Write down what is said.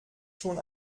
schon